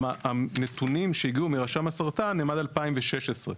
והנתונים שהגיעו מרשם הסרטן הם עד 2016,